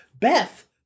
Beth